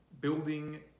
building